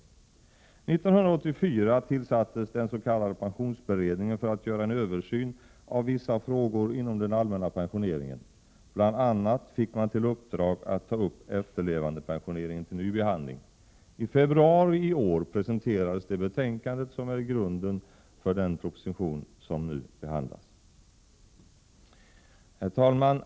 1984 tillsattes den s.k. pensionsberedningen för att göra en översyn av vissa frågor inom den allmänna pensioneringen. Bl. a. fick man i uppdrag att ta upp efterlevandepensioneringen till ny behandling. I februari i år presenterades det betänkande som är grunden för den proposition som nu behandlas. Herr talman!